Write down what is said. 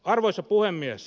arvoisa puhemies